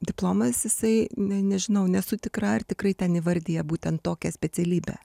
diplomas jisai ne nežinau nesu tikra ar tikrai ten įvardija būtent tokią specialybę